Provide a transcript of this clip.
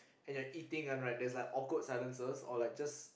and you're eating and right there's like awkward silences or like just